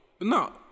no